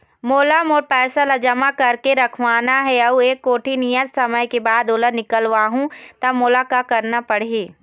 मोला मोर पैसा ला जमा करके रखवाना हे अऊ एक कोठी नियत समय के बाद ओला निकलवा हु ता मोला का करना पड़ही?